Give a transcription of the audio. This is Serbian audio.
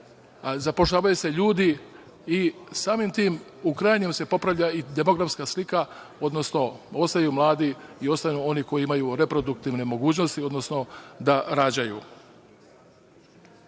zapošljavaju se ljudi i samim tim, u krajnjem se popravlja i demografska slika, odnosno ostaju mladi i ostaju oni koji imaju reproduktivne mogućnosti, odnosno da rađaju. Nešto